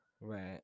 right